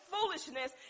foolishness